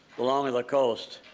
the longer the coast.